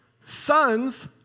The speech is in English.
Sons